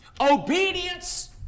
Obedience